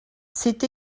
c’est